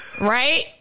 Right